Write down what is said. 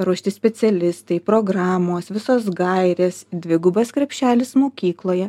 paruošti specialistai programos visos gairės dvigubas krepšelis mokykloje